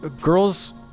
girls